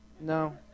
No